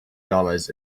dollars